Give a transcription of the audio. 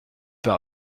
pas